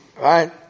right